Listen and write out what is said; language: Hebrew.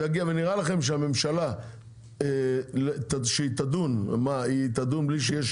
ונראה לכם שהממשלה כשהיא תדון היא תדון בלי שיש